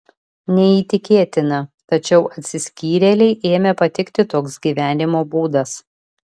neįtikėtina tačiau atsiskyrėlei ėmė patikti toks gyvenimo būdas